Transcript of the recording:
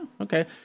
okay